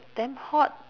damn hot